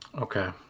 Okay